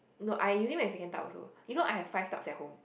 no I'm using my second tub also you know I have five tubs at home